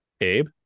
Abe